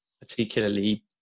particularly